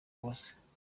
bose